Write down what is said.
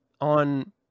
on